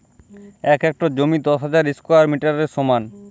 এক হেক্টর জমি দশ হাজার স্কোয়ার মিটারের সমান